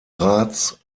rats